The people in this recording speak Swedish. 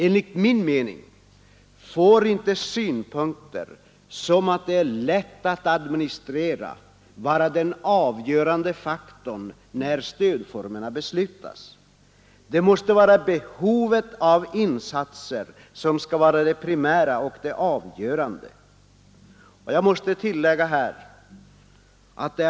Enligt min mening får inte synpunkter som att det är lätt att administrera vara den avgörande faktorn när stödformerna behandlas. Behovet av insatser måste vara det primära och avgörande.